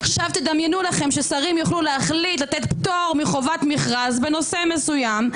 דמיינו לכם ששרים יוחלו להחליט לתת פטור מחובת מכרז בנושא מסוים,